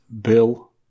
Bill